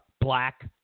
black